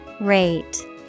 Rate